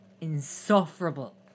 insufferable